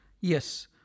Yes